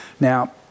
Now